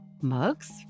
Mugs